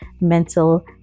mental